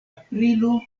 aprilo